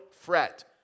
fret